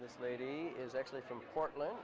this lady is actually from portland